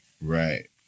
Right